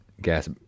gas